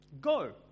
go